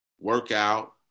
workout